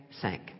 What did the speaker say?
sank